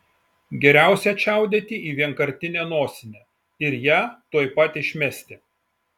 geriausia čiaudėti į vienkartinę nosinę ir ją tuoj pat išmesti